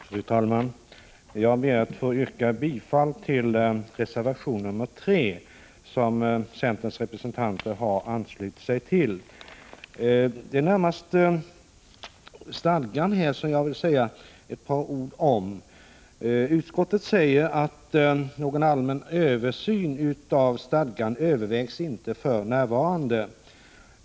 Fru talman! Jag ber att få yrka bifall till reservation nr 3, som centerns representanter har anslutit sig till. Det är närmast stadgan som jag vill säga ett par ord om. Utskottet säger att någon allmän översyn av stadgan inte övervägs för närvarande.